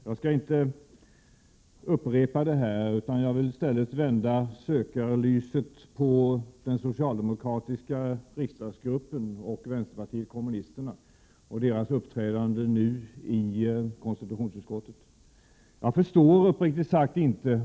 Jag skall inte här upprepa vad jag redan har sagt, utan jag vill i stället vända sökarljuset mot den socialdemokratiska riksdagsgruppen och vänsterpartiet kommunisterna och deras uppträdande nu i konstitutionsutskottet. Uppriktigt sagt förstår jag det inte.